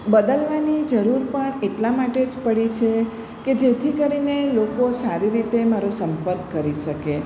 બદલવાની જરૂર પણ એટલા માટે જ પડી છે કે જેથી કરીને લોકો સારી રીતે મારો સંપર્ક કરી શકે